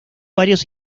varios